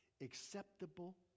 acceptable